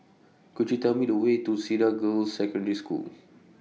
Could YOU Tell Me The Way to Cedar Girls' Secondary School